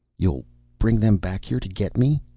you'll bring them back here to get me?